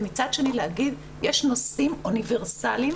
ומצד שני להגיד יש נושאים אוניברסליים